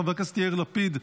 חבר הכנסת יאיר לפיד,